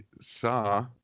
saw